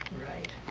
right.